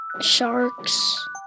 sharks